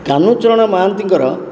କାହ୍ନୁଚରଣ ମହାନ୍ତିଙ୍କର